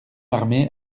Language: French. armée